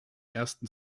ersten